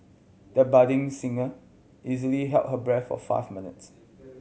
the budding singer easily held her breath for five minutes